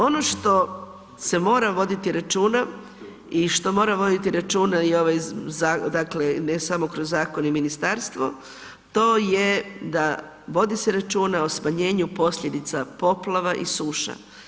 Ono što se mora voditi računa i što mora voditi računa i ovaj dakle ne samo kroz zakon i ministarstvo, to je da vodi se računa o smanjenju posljedica poplava i suša.